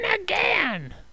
again